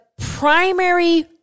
primary